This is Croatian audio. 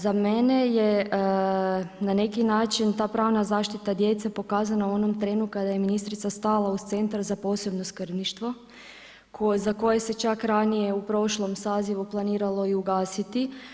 Za mene je na neki način ta pravna zaštita djece pokazana u onom trenu kada je ministrica stala uz Centar za posebno skrbništvo za koje se čak ranije u prošlom sazivu planiralo i ugasiti.